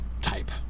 type